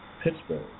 Pittsburgh